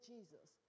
Jesus